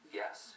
yes